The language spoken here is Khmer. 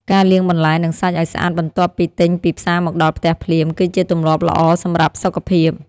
ការលាងបន្លែ និងសាច់ឱ្យស្អាតបន្ទាប់ពីទិញពីផ្សារមកដល់ផ្ទះភ្លាម គឺជាទម្លាប់ល្អសម្រាប់សុខភាព។